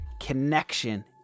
connection